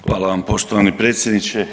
Hvala vam poštovani predsjedniče.